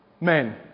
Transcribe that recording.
men